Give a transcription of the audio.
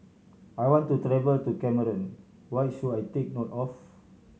I want to travel to Cameroon what should I take note of